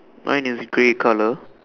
mine is grey colour